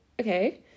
okay